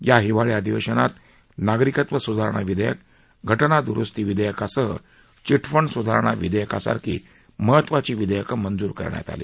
या हिवाळी अधिवेशनात नागरिकत्व सुधारणा विधेयक घटना दुरुस्ती विधेयकासह चिटफंड सुधारणा विधेयकासारखी महत्वाची विधेयकं मंजूर करण्यात आली